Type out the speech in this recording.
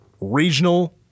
regional